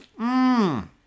Mmm